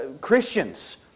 Christians